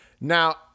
Now